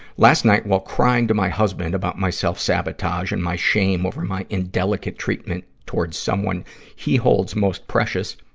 last night, while crying to my husband about my self-sabotage and my shame over my indelicate treatment towards someone he holds most precious,